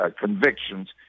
convictions